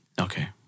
Okay